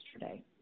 yesterday